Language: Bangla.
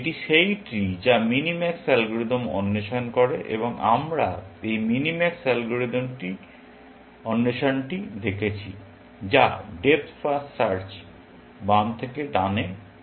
এটি সেই ট্রি যা মিনিম্যাক্স অ্যালগরিদম অন্বেষণ করে এবং আমরা এই মিনিম্যাক্স অ্যালগরিদম অন্বেষণটি দেখেছি যা ডেপ্থ ফার্স্ট সার্চ বাম থেকে ডানে করা হয়